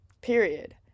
period